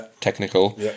technical